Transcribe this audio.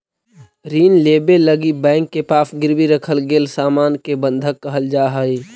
ऋण लेवे लगी बैंक के पास गिरवी रखल गेल सामान के बंधक कहल जाऽ हई